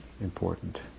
Important